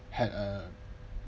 had a